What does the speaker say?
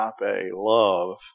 love